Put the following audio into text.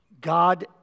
God